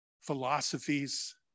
philosophies